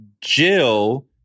Jill